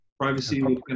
Privacy